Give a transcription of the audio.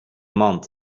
mand